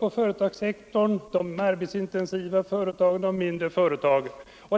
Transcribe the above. på företagssektorn åt de arbetsintensiva företagen och de mindre företagen.